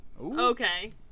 Okay